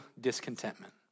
discontentment